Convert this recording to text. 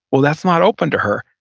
well that's not open to her.